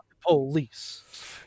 police